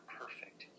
perfect